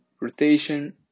Rotation